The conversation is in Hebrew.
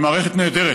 היא מערכת נהדרת,